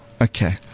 Okay